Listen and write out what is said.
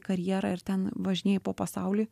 karjerą ir ten važinėji po pasaulį